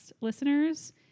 listeners